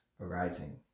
arising